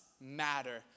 matter